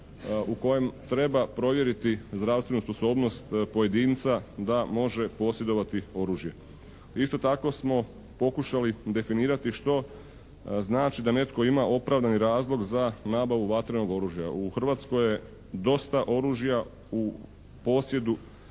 u kojem treba provjeriti zdravstvenu sposobnost pojedinca da može posjedovati oružje. Isto tako smo pokušali definirati što znači da netko ima opravdani razlog za nabavu vatrenog oružja. U Hrvatskoj je dosta oružja u posjedu